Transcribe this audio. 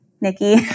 Nikki